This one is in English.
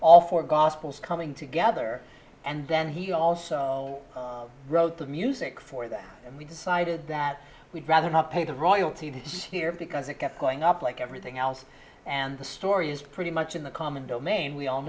all four gospels coming together and then he also wrote the music for that and we decided that we'd rather not pay the royalties here because it kept going up like everything else and the story is pretty much in the common domain we all